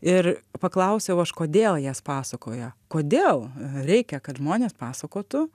ir paklausiau aš kodėl jas pasakoja kodėl reikia kad žmonės pasakotų